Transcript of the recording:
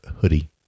Hoodie